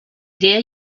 der